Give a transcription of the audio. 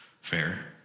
fair